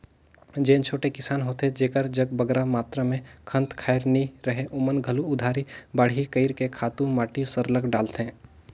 जेन छोटे किसान होथे जेकर जग बगरा मातरा में खंत खाएर नी रहें ओमन घलो उधारी बाड़ही कइर के खातू माटी सरलग डालथें